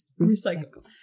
recycle